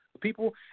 people